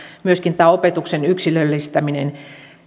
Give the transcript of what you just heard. myöskin tämä opetuksen yksilöllistäminen